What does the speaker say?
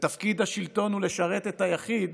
ותפקיד השלטון הוא לשרת את היחיד,